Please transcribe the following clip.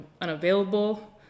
unavailable